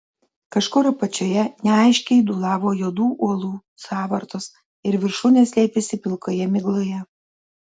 kažkur apačioje neaiškiai dūlavo juodų uolų sąvartos ir viršūnės slėpėsi pilkoje migloje